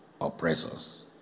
oppressors